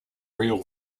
real